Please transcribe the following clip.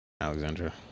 alexandra